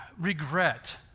Regret